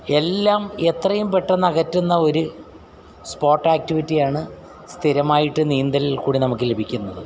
എല്ലാം എത്രയും പെട്ടന്ന് അകറ്റുന്ന ഒരു സ്പോട്ട് ആക്റ്റിവിറ്റിയാണ് സ്ഥിരമായിട്ട് നീന്തലിൽക്കൂടി നമുക്ക് ലഭിക്കുന്നത്